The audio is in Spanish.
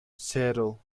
cero